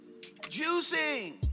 juicing